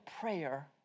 prayer